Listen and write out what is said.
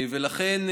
ולכן,